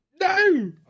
No